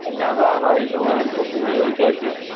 கல்யாணம் அதெல்லாம் வயசும் ஆ முப்பத்தஞ்சு வயசாச்சு